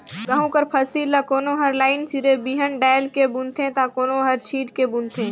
गहूँ कर फसिल ल कोनो हर लाईन सिरे बीहन डाएल के बूनथे ता कोनो हर छींट के बूनथे